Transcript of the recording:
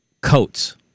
coats